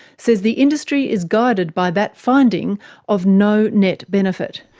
says the industry is guided by that finding of no net benefit.